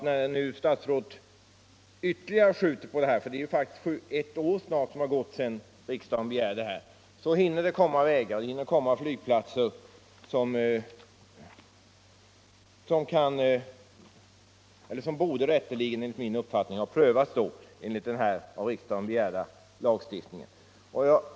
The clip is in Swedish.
När nu statsrådet ytterligare skjuter på det — ett år har faktiskt gått sedan riksdagen gjorde sin begäran — är jag rädd för att det hinner byggas vägar och flygplatser som, enligt min uppfattning, rätteligen borde ha prövats enligt den av riksdagen begärda lagstiftningen.